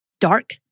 dark